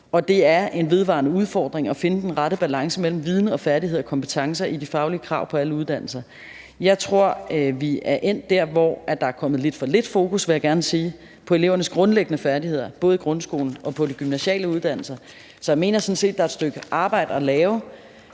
Det er en vedvarende udfordring at finde den rette balance mellem viden, færdigheder og kompetencer i de faglige krav på alle uddannelser. Jeg tror, vi er endt der, hvor der er kommet lidt for lidt fokus – vil jeg gerne sige – på elevernes grundlæggende færdigheder både i grundskolen og på de gymnasiale uddannelser. Så jeg mener sådan set, at der er et stykke arbejde at